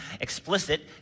explicit